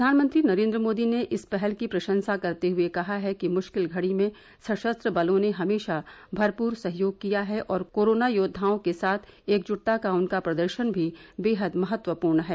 प्रधानमंत्री नरेन्द्र मोदी ने इस पहल की प्रशंसा करते हुए कहा है कि मुश्किल घड़ी में सशस्त्र बलों ने हमेशा भरपूर सहयोग किया है और कोरोना योद्वाओं के साथ एकज्टता का उनका प्रदर्शन भी बेहद महत्वपूर्ण है